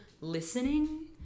listening